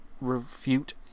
refute